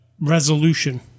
resolution